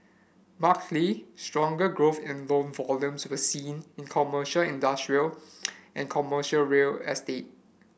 markedly stronger growth in loan volumes was seen in commercial industrial and commercial real estate